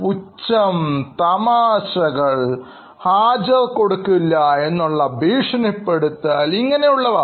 പുച്ഛം തമാശകൾ ഹാജർകൊടുക്കില്ല എന്നുള്ള ഭീഷണിപ്പെടുത്തൽ ഇങ്ങനെയുള്ളവ